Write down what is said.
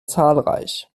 zahlreich